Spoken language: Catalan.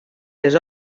les